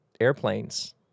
airplanes